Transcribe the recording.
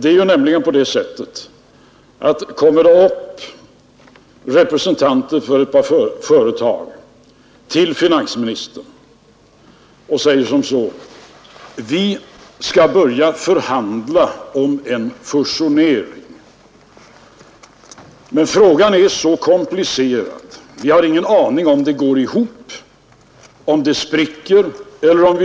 Det går nämligen till på det sättet att representanter för ett par företag kommer upp till finansministern och säger att de skall börja förhandla om en fusion men att frågan är så komplicerad att de inte har en aning om huruvida de kommer